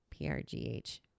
PRGH